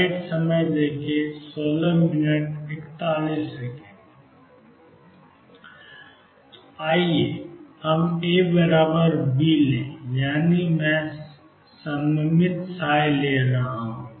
तो आइए हम ए बी लें यानी मैं सिमिट्रिक ि ले रहा हूं